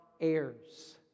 heirs